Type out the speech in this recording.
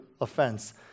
offense